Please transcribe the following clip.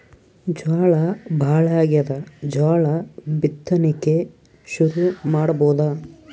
ಝಳಾ ಭಾಳಾಗ್ಯಾದ, ಜೋಳ ಬಿತ್ತಣಿಕಿ ಶುರು ಮಾಡಬೋದ?